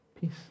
peace